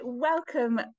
Welcome